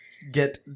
Get